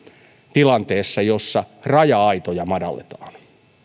tilanteessa jossa raja aitoja madalletaan